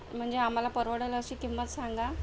म्हंजे आम्हाला परवडेल अशी किंमत सांगा